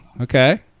okay